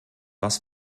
was